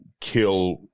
kill